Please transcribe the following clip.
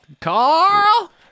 Carl